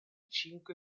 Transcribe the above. cinque